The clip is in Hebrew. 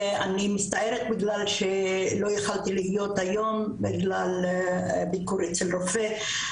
אני מצטערת שלא יכולתי להיות היום בגלל ביקור אצל רופא,